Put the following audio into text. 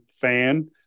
fan